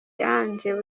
ange